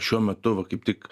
šiuo metu va kaip tik